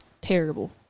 terrible